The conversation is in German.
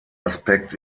aspekt